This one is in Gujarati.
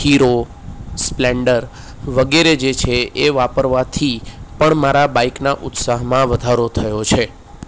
હીરો સ્પ્લેન્ડર વગેરે જે છે એ વાપરવાથી પણ મારા બાઈકના ઉત્સાહમાં વધારો થયો છે